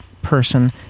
person